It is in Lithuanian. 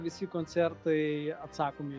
visi koncertai atsakomi